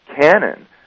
canon